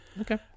Okay